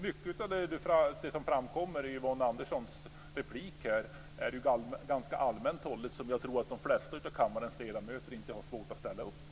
Mycket av det som framkommer i Yvonne Anderssons replik är ju ganska allmänt hållet, sådant som jag tror att de flesta av kammarens ledamöter inte har svårt att ställa upp på.